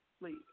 please